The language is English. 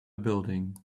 building